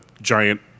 giant